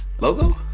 Logo